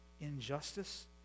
injustice